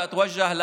ברשותך.